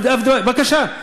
בבקשה,